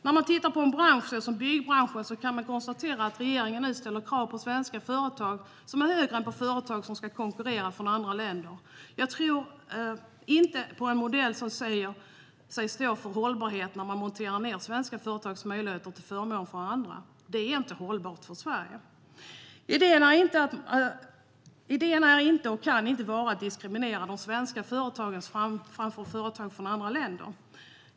När man tittar på en bransch som byggbranschen kan man konstatera att regeringen nu ställer högre krav på svenska företag än på företag som ska konkurrera från andra länder. Jag tror inte på en modell som säger sig stå för hållbarhet men monterar ned svenska företags möjligheter till förmån för andra. Det är inte hållbart för Sverige. Idén är inte och kan inte vara att diskriminera de svenska företagen framför företag från andra länder.